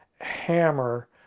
hammer